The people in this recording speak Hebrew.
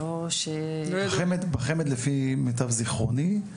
בחמד, למיטב זכרוני,